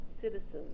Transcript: citizens